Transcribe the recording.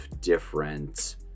different